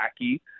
wacky